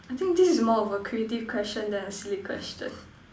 I think this is more of a creative question than a silly question